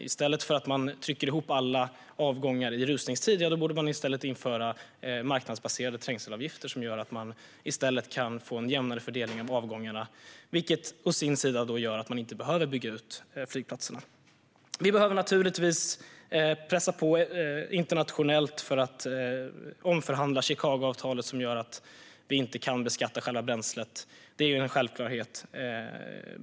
I stället för att man trycker ihop alla avgångar i rusningstid borde man införa marknadsbaserade trängselavgifter som gör att man kan få en jämnare fördelning av avgångarna. Det i sin tur gör att man inte behöver bygga ut flygplatserna. Vi behöver naturligtvis pressa på internationellt för att omförhandla Chicagoavtalet som gör att vi inte kan beskatta själva bränslet. Det är en självklarhet.